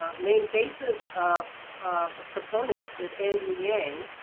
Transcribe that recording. ah main faces of ah proponents is andrew yang,